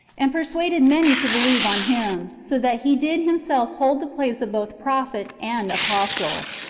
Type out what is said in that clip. and persuaded many to believe on him, so that he did himself hold the place of both prophet and apostle.